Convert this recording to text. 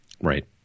right